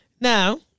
Now